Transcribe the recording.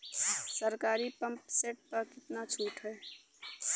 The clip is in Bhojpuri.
सरकारी पंप सेट प कितना छूट हैं?